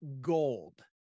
gold